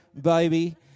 baby